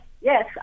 Yes